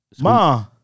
Ma